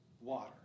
water